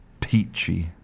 peachy